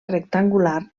rectangular